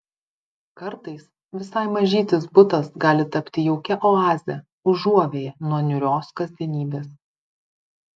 kartais visai mažytis butas gali tapti jaukia oaze užuovėja nuo niūrios kasdienybės